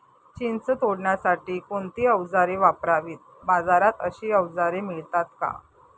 चिंच तोडण्यासाठी कोणती औजारे वापरावीत? बाजारात अशी औजारे मिळतात का?